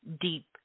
deep